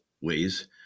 ways